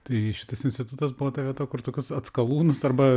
tai šitas institutas buvo ta vieta kur tokius atskalūnus arba